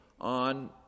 on